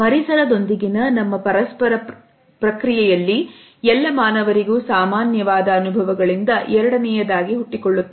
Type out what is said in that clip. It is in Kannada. ಪರಿಸರದೊಂದಿಗಿನ ನಮ್ಮ ಪರಸ್ಪರ ಕ್ರಿಯೆಯಲ್ಲಿ ಎಲ್ಲ ಮಾನವರಿಗೂ ಸಾಮಾನ್ಯವಾದ ಅನುಭವಗಳಿಂದ ಎರಡನೆಯದಾಗಿ ಹುಟ್ಟಿಕೊಳ್ಳುತ್ತವೆ